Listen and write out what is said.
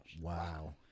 wow